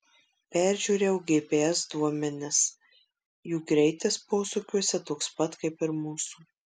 peržiūrėjau gps duomenis jų greitis posūkiuose toks pat kaip ir mūsų